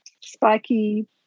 spiky